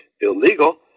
illegal